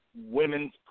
women's